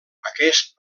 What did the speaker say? aquest